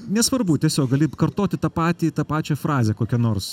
nesvarbu tiesiog gali kartoti tą patį tą pačią frazę kokią nors